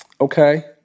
okay